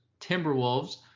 Timberwolves